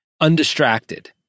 undistracted